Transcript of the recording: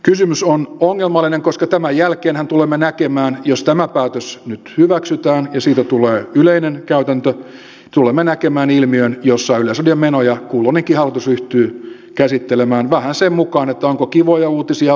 kysymys on ongelmallinen koska tämän jälkeenhän tulemme näkemään jos tämä päätös nyt hyväksytään ja siitä tulee yleinen käytäntö ilmiön jossa yleisradion menoja kulloinenkin hallitus ryhtyy käsittelemään vähän sen mukaan että onko kivoja uutisia vai vähemmän kivoja